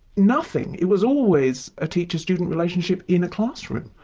nothing. it was always a teacher student relationship in a classroom.